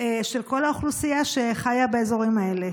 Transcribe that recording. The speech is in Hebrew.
של כל האוכלוסייה שחיה באזורים האלה.